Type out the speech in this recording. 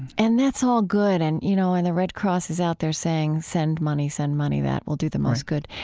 and that's all good and, you know, and the red cross is out there saying, send money. send money. that will do the most good